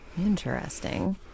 Interesting